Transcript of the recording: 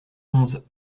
onze